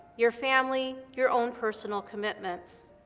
your family, your own personal commitments.